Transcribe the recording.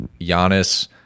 Giannis